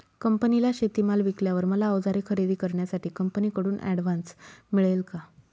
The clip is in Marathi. कंपनीला शेतीमाल विकल्यावर मला औजारे खरेदी करण्यासाठी कंपनीकडून ऍडव्हान्स मिळेल का?